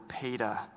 Peter